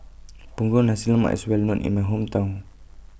Punggol Nasi Lemak IS Well known in My Hometown